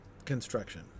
construction